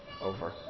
over